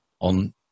on